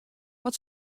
wat